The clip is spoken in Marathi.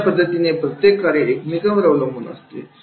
अशा पद्धतीने प्रत्येक कार्य एकमेकांवर अवलंबून असतात